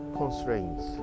constraints